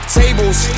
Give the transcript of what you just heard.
tables